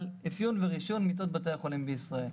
אפיון ורשיון מיטות בתי החולים בישראל.